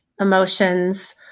emotions